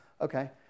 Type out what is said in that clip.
okay